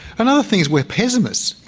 another thing is, we're pessimists.